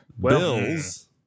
Bills